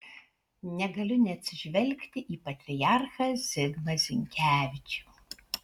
negaliu neatsižvelgti į patriarchą zigmą zinkevičių